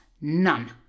None